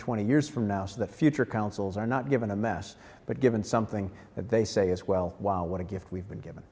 twenty years from now so the future councils are not given a mess but given something that they say is well wow what a gift we've been given